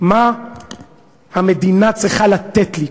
מה המדינה צריכה לתת לי.